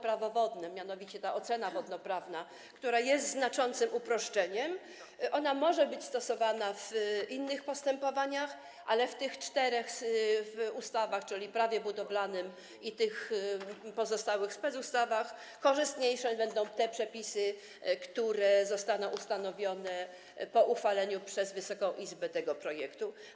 Prawo wodne, mianowicie ta ocena wodnoprawna, która jest znaczącym uproszczeniem, może być stosowana w innych postępowaniach, ale w tych czterech ustawach, czyli Prawie budowlanym i pozostałych specustawach, korzystniejsze będą te przepisy, które zostaną ustanowione po uchwaleniu przez Wysoką Izbę tego projektu.